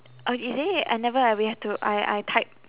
oh is it I never I we have to I I type